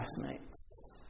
classmates